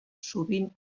sovint